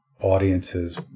audiences